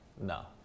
No